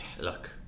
Look